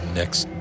next